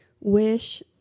wish